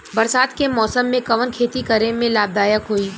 बरसात के मौसम में कवन खेती करे में लाभदायक होयी?